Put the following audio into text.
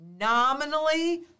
Nominally